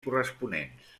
corresponents